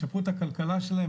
ישפרו את הכלכלה שלהם.